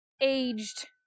aged